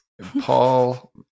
Paul